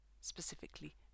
specifically